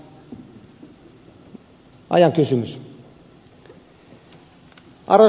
arvoisa puhemies